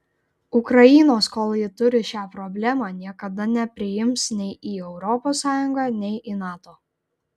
ukrainos kol ji turi šią problemą niekada nepriims nei į europos sąjungą nei į nato